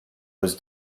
was